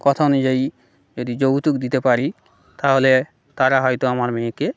কথা অনুযায়ী যদি যৌতুক দিতে পারি তাহলে তারা হয়তো আমার মেয়েকে